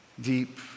Deep